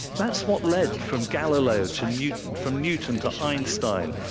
that's what led from galileo to newton, from newton to einstein,